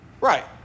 Right